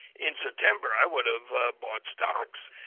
in september i would have ah bought stocks.